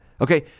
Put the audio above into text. Okay